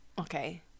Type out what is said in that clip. Okay